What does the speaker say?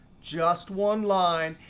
just one line.